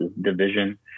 division